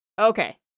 Okay